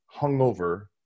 hungover